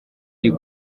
iri